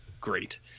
great